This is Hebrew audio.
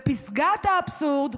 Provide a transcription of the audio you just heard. "ופסגת האבסורד,